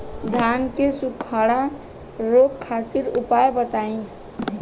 धान के सुखड़ा रोग खातिर उपाय बताई?